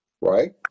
Right